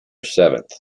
seventh